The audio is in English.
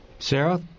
Sarah